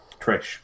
Trish